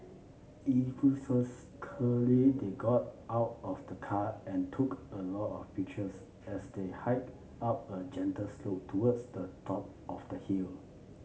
enthusiastically they got out of the car and took a lot of pictures as they hiked up a gentle slope towards the top of the hill